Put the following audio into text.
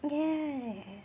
yes